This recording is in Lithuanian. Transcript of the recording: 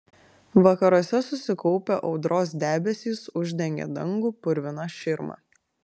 vakaruose susikaupę audros debesys uždengė dangų purvina širma